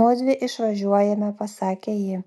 mudvi išvažiuojame pasakė ji